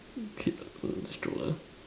the kid with the stroller